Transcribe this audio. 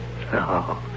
No